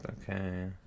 okay